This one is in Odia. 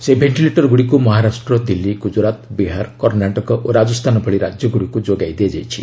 ସେହି ଭେଷ୍ଟିଲେଟରଗ୍ରଡ଼ିକ୍ ମହାରାଷ୍ଟ୍ର ଦିଲ୍ଲୀ ଗୁଜୁରାଟ ବିହାର କର୍ଷ୍ଣାଟକ ଓ ରାଜସ୍ଥାନ ଭଳି ରାଜ୍ୟଗୁଡ଼ିକୁ ଯୋଗାଇ ଦିଆଯାଇଛି